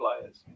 players